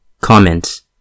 Comments